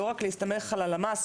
לא רק להסתמך על הלמ"ס,